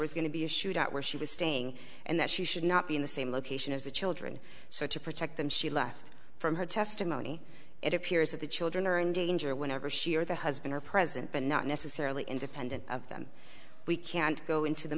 was going to be a shoot out where she was staying and that she should not be in the same location as the children so to protect them she left from her testimony it appears that the children are in danger whenever she or the husband are present but not necessarily independent of them we can't go into the